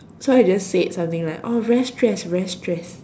so I just said something like oh very stress very stress